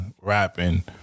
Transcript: Rapping